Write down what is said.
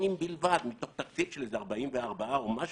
בלבד מתוך תקציב של איזה 44 או משהו.